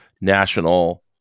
National